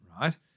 Right